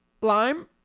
Lime